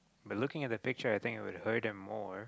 by looking at the picture I think you would hurt them more